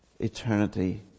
Eternity